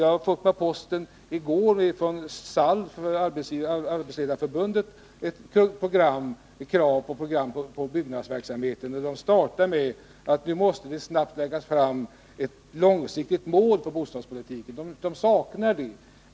Jag fick i går med posten ett tungt program från Arbetsledareförbundet, SALF, med krav på byggnadsverksamheten. Programmet inleddes med ett krav på att det nu snabbt måste läggas fast ett långsiktigt mål för bostadspolitiken. Det är något som man saknar.